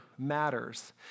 matters